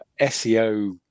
SEO